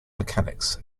mechanics